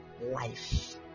life